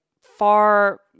far